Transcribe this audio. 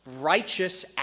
righteous